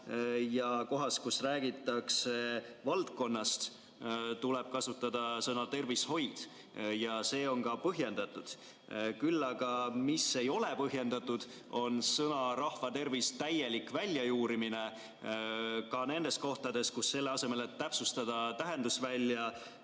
ja kohas, kus räägitakse valdkonnast, tuleb kasutada sõna "tervishoid". See on ka põhjendatud. Küll aga ei ole põhjendatud sõna "rahvatervis" täielik väljajuurimine ka nendest kohtadest, kus selle asemel, et täpsustada tähendusvälja,